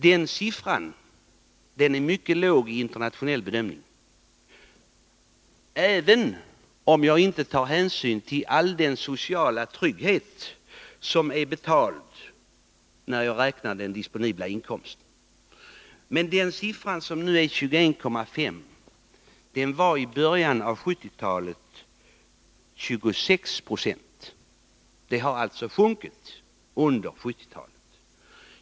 Den siffran är mycket låg i internationell jämförelse, även om man inte tar hänsyn till all den sociala trygghet som redan är betald när man beräknar den disponibla inkomsten. Den andelen, som nu är 21,5 26, var i början av 1970-talet 26 76. Den har alltså sjunkit under 1970-talet.